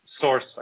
source